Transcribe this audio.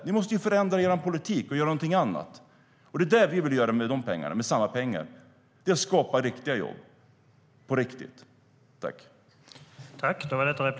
Ni måste förändra er politik och göra något annat. Det är vad vi vill göra med pengarna - skapa riktiga jobb, på riktigt.